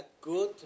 good